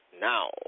now